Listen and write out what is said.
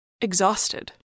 exhausted